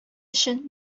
өчен